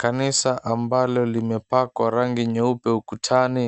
Kanisa ambalo limepakwa rangi nyeupe ukutani